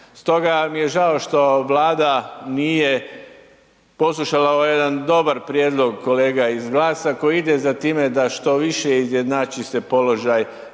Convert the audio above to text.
Stoga mi je žao što Vlada nije poslušala ovaj jedan dobar prijedlog kolega iz GLAS-a koji ide za time da što više izjednači se položaj